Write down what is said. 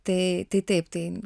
tai tai taip tai